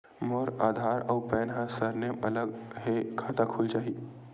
मोर आधार आऊ पैन मा सरनेम अलग हे खाता खुल जहीं?